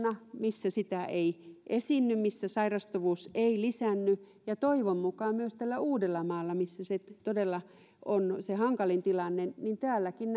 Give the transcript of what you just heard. sellaisena alueena missä sitä ei esiinny missä sairastuvuus ei lisäänny ja toivon mukaan myös täällä uudellamaalla missä todella on se hankalin tilanne täälläkin